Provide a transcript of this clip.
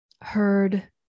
heard